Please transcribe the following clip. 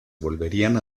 volverían